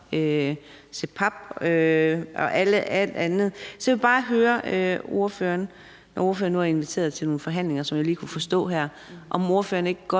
op, CPAP og alt andet. Så jeg vil bare høre ordføreren, når ordføreren nu har inviteret til nogle forhandlinger, som jeg lige kunne forstå her, om ordføreren ikke også